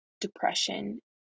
depression